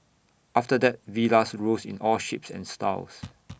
after that villas rose in all shapes and styles